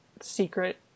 secret